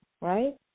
right